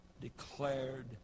declared